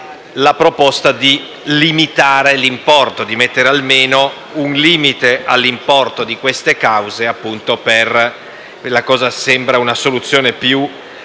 la proposta di limitare l'importo, di mettere almeno un limite all'importo di queste cause, che sembra una soluzione più